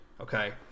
Okay